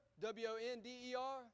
W-O-N-D-E-R